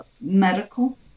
medical